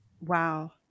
Wow